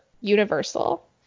universal